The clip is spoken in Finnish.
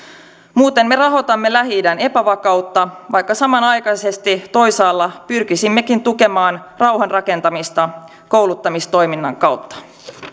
muuten me rahoitamme lähi idän epävakautta vaikka samanaikaisesti toisaalta pyrkisimmekin tukemaan rauhan rakentamista kouluttamistoiminnan kautta